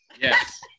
Yes